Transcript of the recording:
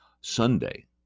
Sunday